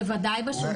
הוא בוודאי בשולחן.